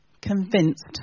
convinced